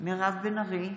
מירב בן ארי,